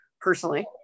personally